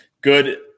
good